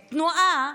התנועה,